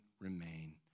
remain